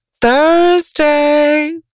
Thursday